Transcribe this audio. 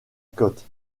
côte